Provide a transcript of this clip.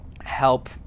help